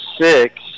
six